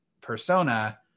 persona